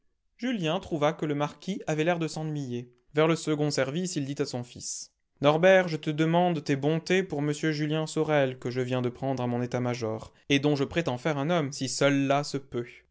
julien trouva que le marquis avait l'air de s'ennuyer vers le second service il dit à son fils norbert je te demande tes bontés pour m julien sorel que je viens de prendre à mon état-major et dont je prétends faire un homme si cella se peut